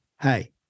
hey